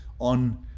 on